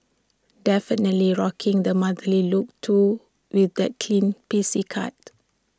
definitely rocking the motherly look too with that clean pixie cut